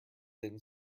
thin